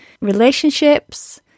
relationships